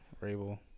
Rabel